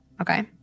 okay